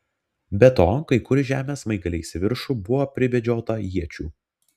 be to kai kur į žemę smaigaliais į viršų buvo pribedžiota iečių